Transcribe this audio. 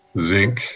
zinc